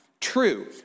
true